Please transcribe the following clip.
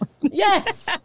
Yes